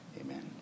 Amen